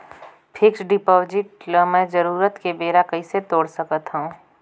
Fixed deposit ल मैं जरूरत के बेरा कइसे तोड़ सकथव?